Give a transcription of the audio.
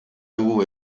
dugu